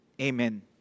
Amen